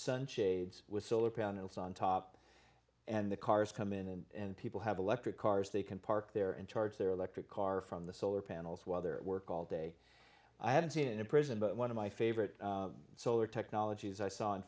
sunshades with solar panels on top and the cars come in and people have electric cars they can park there and charge their electric car from the solar panels while they're at work all day i haven't seen it in prison but one of my favorite solar technologies i saw in